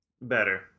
better